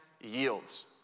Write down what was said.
yields